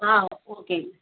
ஆ ஓகேங்க